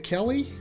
Kelly